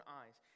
eyes